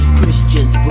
Christians